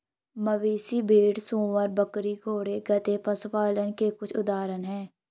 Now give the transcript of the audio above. मवेशी, भेड़, सूअर, बकरी, घोड़े, गधे, पशुधन के कुछ उदाहरण हैं